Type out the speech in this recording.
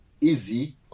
easy